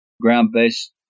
ground-based